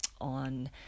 on